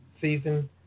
season